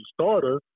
starter